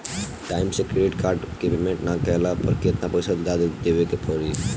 Time से credit card के payment ना कैला पर केतना पईसा जादे देवे के पड़ी?